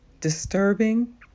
disturbing